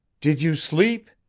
did you sleep?